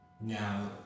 Now